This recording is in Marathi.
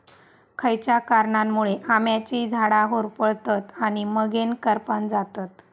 खयच्या कारणांमुळे आम्याची झाडा होरपळतत आणि मगेन करपान जातत?